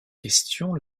question